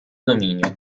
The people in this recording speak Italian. dominio